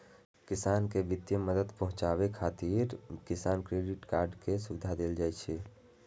किसान कें वित्तीय मदद पहुंचाबै खातिर किसान क्रेडिट कार्ड के सुविधा देल जाइ छै